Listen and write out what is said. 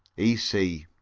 e c